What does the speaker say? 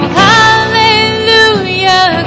hallelujah